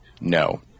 no